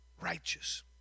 righteous